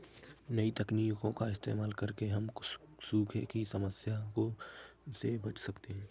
नई तकनीकों का इस्तेमाल करके हम सूखे की समस्या से बच सकते है